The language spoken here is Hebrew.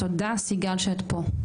תודה סיגל שאת פה.